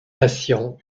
patient